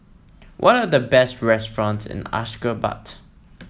what are the best restaurants in Ashgabat